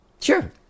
Sure